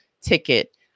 ticket